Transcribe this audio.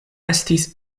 estis